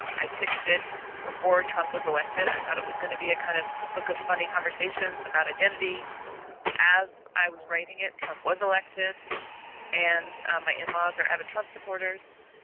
i pitched it before trump was elected. i thought it was gonna be a kind of book of funny conversations about identity as i was writing it. trump was elected and my in are ever trump supporters.